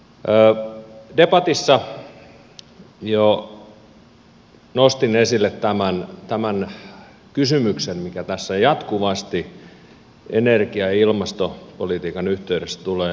debatissa jo nostin esille tämän kysymyksen mikä jatkuvasti tässä energia ja ilmastopolitiikan yhteydessä tulee esille